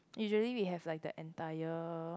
usually we have like the entire